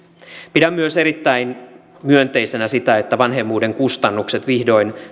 pidän erittäin myönteisenä myös sitä että vanhemmuuden kustannuksia vihdoin